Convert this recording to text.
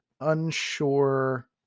unsure